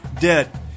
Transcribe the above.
dead